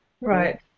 right